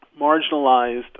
marginalized